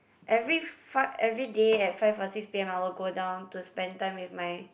every five everyday at five or six P_M I will go down to spend time with my